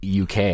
UK